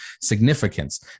significance